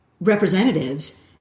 representatives